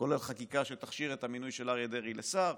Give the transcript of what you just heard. כולל חקיקה שתכשיר את המינוי של אריה דרעי לשר,